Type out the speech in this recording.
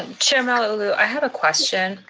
chair malauulu, i have a question.